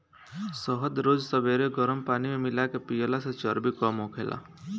शहद रोज सबेरे गरम पानी में मिला के पियला से चर्बी कम होखेला